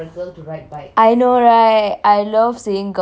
I know right I love seeing girls riding bike